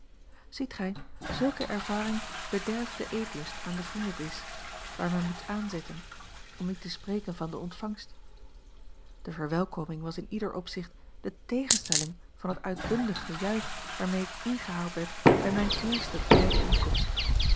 ziet gij zulke ervaring bederft den eetlust aan den vriendendisch waar men moet aanzitten om niet te spreken van de ontvangst de verwelkoming was in ieder opzicht de tegenstelling van het uitbundig gejuich waarmee ik ingehaald werd bij mijne eerste blijde inkomst